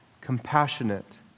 Compassionate